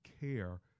care